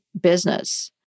business